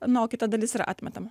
na o kita dalis yra atmetama